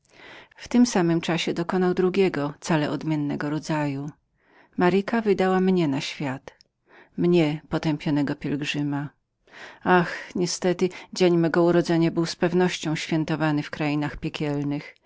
w tym samym czasie wydał drugie cale odmiennego rodzaju maryka wydała mnie na świat mnie potępionego pielgrzyma ach niestety dzień mego urodzenia był uroczystym w krainach piekielnych